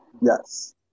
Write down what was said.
Yes